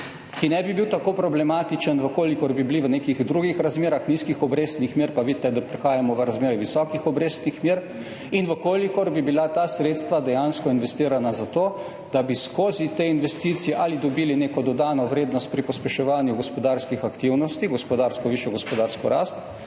ki ne bi bil tako problematičen, če bi bili v nekih drugih razmerah nizkih obrestnih mer, pa vidite, da prihajamo v razmere visokih obrestnih mer, in če bi bila ta sredstva dejansko investirana za to, da bi skozi te investicije ali dobili neko dodano vrednost pri pospeševanju gospodarskih aktivnosti, višjo gospodarsko rast